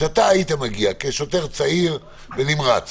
שאתה היית מגיע כשוטר צעיר ונמרץ